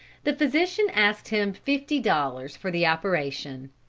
the physician asked him fifty dollars for the operation.